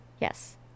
Yes